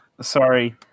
Sorry